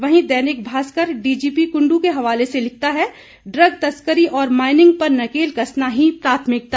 वहीं दैनिक भास्कर डीजीपी कुंड् के हवाले से लिखता है ड्रग तस्करी और माइनिंग पर नकेल कसना ही प्राथमिकता